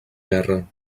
guerra